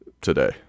today